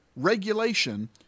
regulation